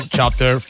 Chapter